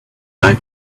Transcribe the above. like